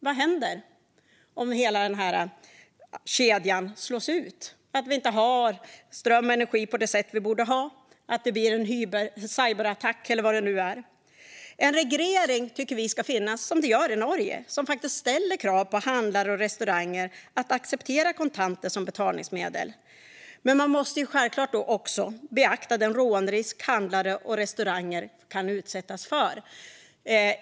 Vad händer om hela kedjan slås ut och vi inte har ström och energi på det sätt vi borde ha, om det blir en cyberattack eller vad det nu kan vara? Vi tycker att det ska finnas en reglering, som det gör i Norge, som ställer krav på handlare och restauranger att acceptera kontanter som betalningsmedel. Men man måste då också självklart beakta den rånrisk som handlare och restauranger kan utsättas för.